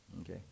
okay